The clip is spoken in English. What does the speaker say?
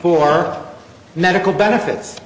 for medical benefits